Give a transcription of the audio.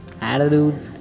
attitude